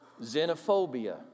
Xenophobia